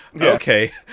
okay